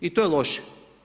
I to je loše.